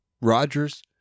Rodgers